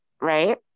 right